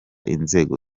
inzego